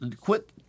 quit